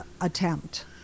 attempt